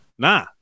Nah